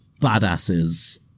Badasses